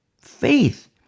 faith